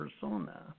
persona